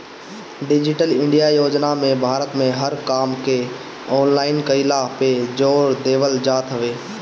digital India योजना में भारत में हर काम के ऑनलाइन कईला पे जोर देवल जात हवे